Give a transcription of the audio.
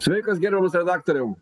sveikas gerbiamas redaktoriau